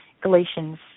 Galatians